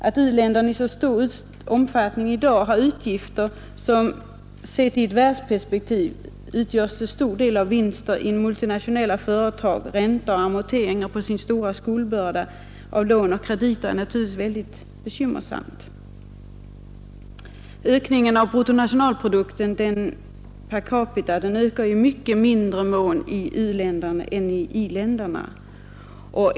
Att u-länderna i så stor omfattning i dag har utgifter som sett i världsperspektiv till stor del utgörs av vinster i multinationella företag, räntor och amorteringar på den stora skuldbördan av lån och krediter är bekymmersamt. Ökningen av bruttonationalprodukten per capita är mycket mindre i u-länderna än i i-länderna.